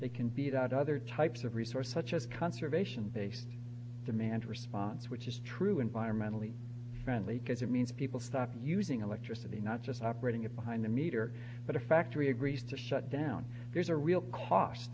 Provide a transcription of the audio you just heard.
they can beat out other types of resource such as conservation based demand response which is true environmentally friendly because it means people stop using electricity not just operating it behind the meter but a factory agrees to shut down there's a real c